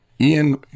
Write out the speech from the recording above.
Ian